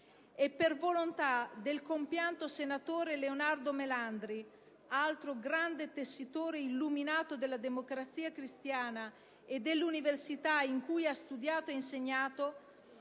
e, per volontà del compianto senatore Leonardo Melandri, altro grande tessitore illuminato della Democrazia Cristiana e dell'università in cui egli ha insegnato